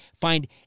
find